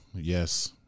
Yes